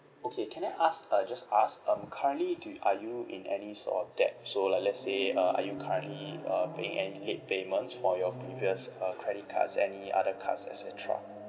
okay can I ask uh just ask um currently do are you in any sort of debt so like let's say uh are you currently uh paying any late payments for your if you haves uh credit cards any other cards et cetera